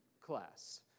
class